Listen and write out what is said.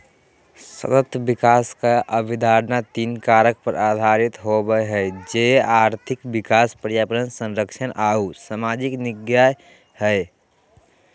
सतत विकास के अवधारणा तीन कारक पर आधारित होबो हइ, जे आर्थिक विकास, पर्यावरण संरक्षण आऊ सामाजिक न्याय हइ